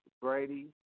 Brady